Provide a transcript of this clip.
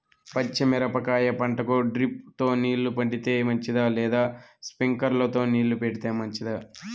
పచ్చి మిరపకాయ పంటకు డ్రిప్ తో నీళ్లు పెడితే మంచిదా లేదా స్ప్రింక్లర్లు తో నీళ్లు పెడితే మంచిదా?